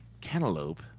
cantaloupe